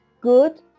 good